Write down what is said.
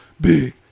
big